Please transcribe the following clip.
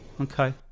okay